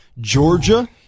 Georgia